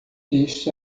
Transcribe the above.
este